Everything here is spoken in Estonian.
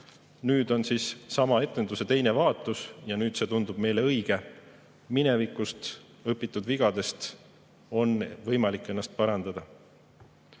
Nüüd on siis sama etenduse teine vaatus ja nüüd see tundub meile õige. Minevikust õpitud vigadest on võimalik ennast parandada.